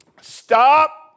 Stop